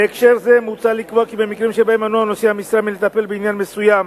בהקשר זה מוצע לקבוע כי במקרים שבהם מנוע נושא המשרה מלטפל בעניין מסוים